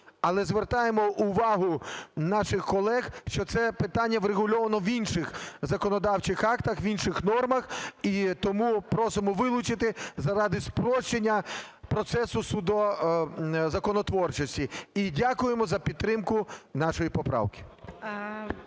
але звертаємо увагу наших колег, що це питання врегульовано в інших законодавчих актах, в інших нормах, і тому просимо вилучити заради спрощення процесу законотворчості. І дякуємо за підтримку нашої поправки.